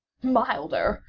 milder!